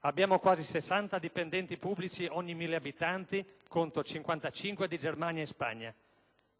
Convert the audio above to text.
abbiamo quasi 60 dipendenti pubblici ogni mille abitanti, contro 55 di Germania e Spagna.